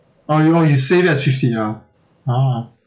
oh you oh you save that as fifty ya a'ah